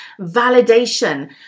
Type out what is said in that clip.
validation